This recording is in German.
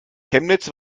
chemnitz